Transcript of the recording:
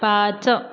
पाच